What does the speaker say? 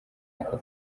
ako